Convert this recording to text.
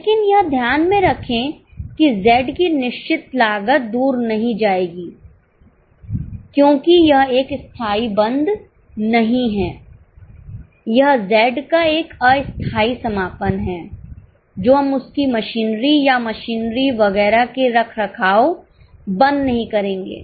लेकिन यह ध्यान में रखें कि Z की निश्चित लागत दूर नहीं जाएगी क्योंकि यह एक स्थायी बंद नहीं है यह Z का एक अस्थायी समापन है जो हम उसकी मशीनरी या मशीनरी वगैरह के रखरखाव बंद नहीं करेंगे